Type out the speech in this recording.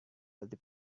healthy